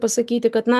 pasakyti kad na